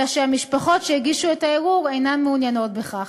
אלא שהמשפחות שהגישו את הערעור אינן מעוניינות בכך.